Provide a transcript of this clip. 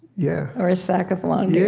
yeah or a sack of laundry,